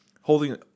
holding